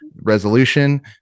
resolution